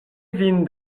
vin